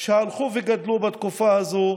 שהלכו וגדלו בתקופה הזאת,